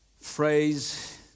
phrase